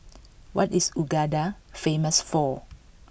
what is Uganda famous for